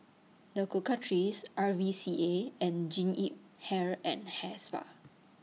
The Cocoa Trees R V C A and Jean Yip Hair and Hair Spa